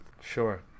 Sure